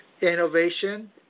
innovation